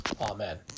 Amen